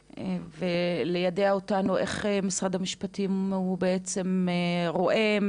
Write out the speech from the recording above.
וליידע אותנו איך משרד המשפטים בעצם רואה,